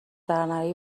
درنیاری